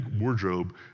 wardrobe